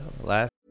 last